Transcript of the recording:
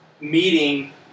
meeting